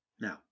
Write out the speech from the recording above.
Now